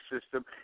system